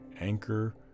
Anchor